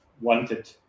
wanted